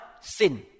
sin